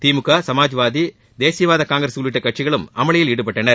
திமுக சமாஜ்வாதி தேசியவாத காங்கிரஸ் உள்ளிட்ட கட்சிகளும் அமளியில் ஈடுபட்டனர்